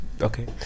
Okay